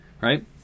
right